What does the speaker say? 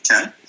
okay